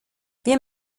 wir